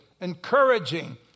encouraging